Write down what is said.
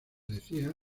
decía